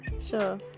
Sure